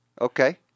Okay